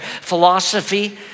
philosophy